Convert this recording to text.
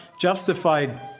justified